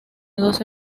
doce